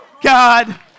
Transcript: God